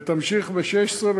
ותמשיך ב-2016,